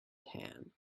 tan